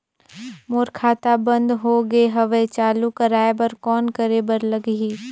मोर खाता बंद हो गे हवय चालू कराय बर कौन करे बर लगही?